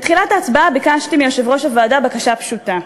בתחילת ההצבעה ביקשתי מיושב-ראש הוועדה בקשה פשוטה,